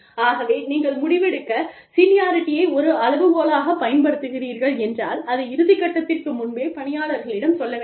ஆகவே நீங்கள் முடிவெடுக்க சீனியாரிட்டியை ஒரு அளவுகோலாக பயன்படுத்துகிறீர்கள் என்றால் அதை இறுதி கட்டத்திற்கு முன்பே பணியாளர்களிடம் சொல்ல வேண்டும்